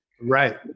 Right